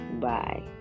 bye